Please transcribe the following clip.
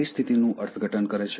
પરિસ્થિતિનું અર્થઘટન કરે છે